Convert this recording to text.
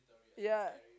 ya